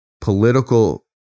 political